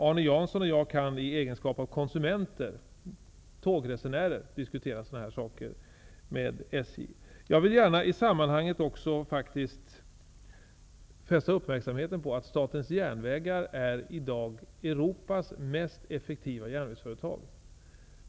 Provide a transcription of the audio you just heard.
Arne Jansson och jag kan i egenskap av konsumenter, tågresenärer, diskutera sådana här saker med SJ. I sammanhanget vill jag gärna fästa uppmärksamheten på att Statens järnvägar i dag är Europas mest effektiva järnvägsföretag.